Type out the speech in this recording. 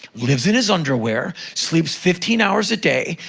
lives in his underwear, sleeps fifteen hours a day,